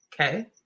Okay